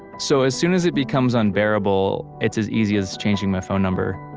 so as soon as it becomes unbearable, it's as easy as changing my phone number